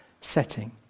setting